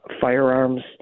firearms